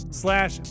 slash